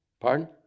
Pardon